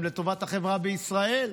הם לטובת החברה בישראל.